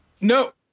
No